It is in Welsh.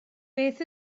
beth